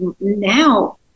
now